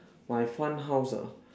my fun house ah